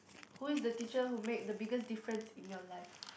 who is the teacher who made the biggest difference in your life